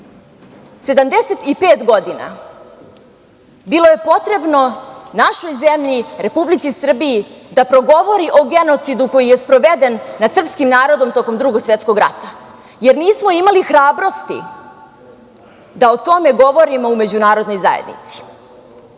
75 godina bilo je potrebno našoj zemlji, Republici Srbiji da progovori o genocidu koji je sproveden nad srpskim narodom tokom Drugog svetskog rata, jer nismo imali hrabrosti da o tome govorimo u međunarodnoj zajednici.